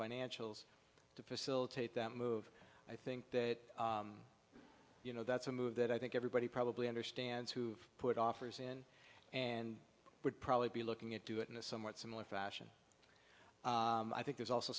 financials to facilitate that move i think that you know that's a move that i think everybody probably understands who put offers in and would probably be looking at do it in a somewhat similar fashion i think there's also